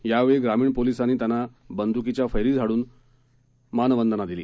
यावेळी ग्रामीण पोलिसांनी त्यांना बंद्कीच्या फैरी झाडून मानवदना दिली